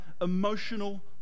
emotional